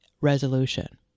resolution